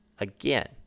Again